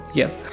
yes